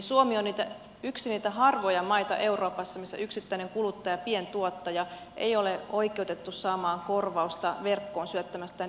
suomi on yksi niitä harvoja maita euroopassa missä yksittäinen kuluttaja pientuottaja ei ole oikeutettu saamaan korvausta verkkoon syöttämästään ylijäämäsähköstä